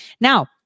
Now